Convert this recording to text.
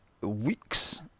weeks